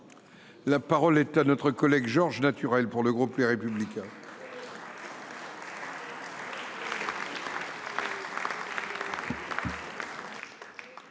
La parole est à M. Georges Naturel, pour le groupe Les Républicains.